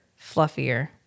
fluffier